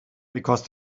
because